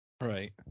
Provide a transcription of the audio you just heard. Right